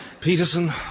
Peterson